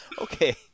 Okay